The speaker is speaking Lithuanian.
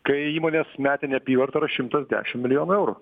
kai įmonės metinė apyvarta yra šimtas dešim milijonų eurų